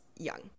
young